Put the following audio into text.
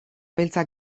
beltzak